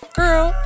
girl